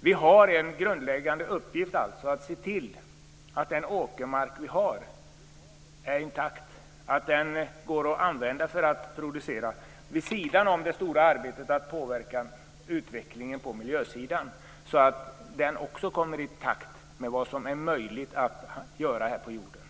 Vi har alltså en grundläggande uppgift i att se till att den åkermark som vi har är intakt och går att använda för produktion - en uppgift vid sidan om det stora arbetet med att påverka utvecklingen på miljösidan så att också den kommer i takt med vad som är möjligt att göra här på jorden.